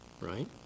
right